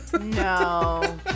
No